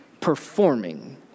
performing